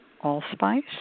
allspice